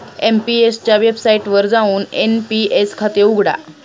NPS च्या वेबसाइटवर जाऊन एन.पी.एस खाते उघडा